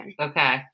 Okay